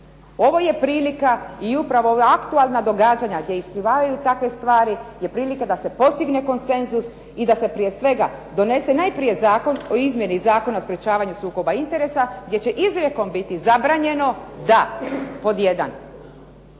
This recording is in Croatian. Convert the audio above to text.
ovo je prilika i upravo ova aktualna događanja gdje isplivavaju takve stvari, je prilika da se postigne konsenzus i da se prije svega donese najprije Zakon o izmjeni Zakona o sprječavanju sukoba interesa gdje će izrijekom biti zabranjeno da, pod